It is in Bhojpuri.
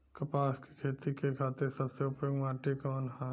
कपास क खेती के खातिर सबसे उपयुक्त माटी कवन ह?